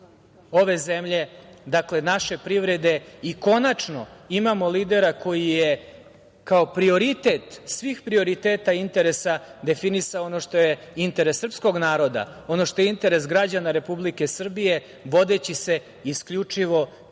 ove zemlje, dakle naše privrede. Konačno imamo lidera koji je kao prioritet svih prioriteta, interesa definisao ono što je interes srpskog naroda, ono što je interes građana Republike Srbije vodeći se isključivo